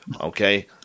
okay